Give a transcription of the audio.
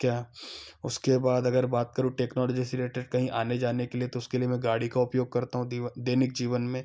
क्या उसके बाद अगर बात करूँ टेक्नोलॉजी से रिलेटेड कहीं आने जाने के लिए तो उसके लिए मैं गाड़ी का उपयोग करता हूँ दैनिक जीवन में